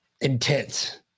Intense